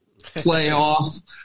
playoff